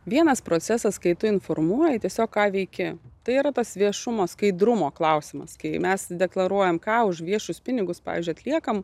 vienas procesas kai tu informuoji tiesiog ką veiki tai yra tas viešumo skaidrumo klausimas kai mes deklaruojam ką už viešus pinigus pavyzdžiui atliekam